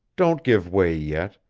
don't give way yet.